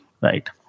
Right